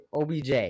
OBJ